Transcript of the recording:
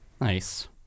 Nice